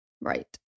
Right